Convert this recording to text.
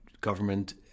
government